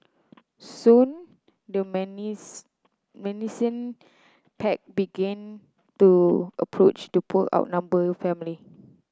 soon the menacing pack began to approach the poor outnumbered family